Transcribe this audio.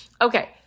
Okay